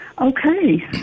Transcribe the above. Okay